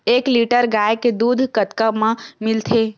एक लीटर गाय के दुध कतका म मिलथे?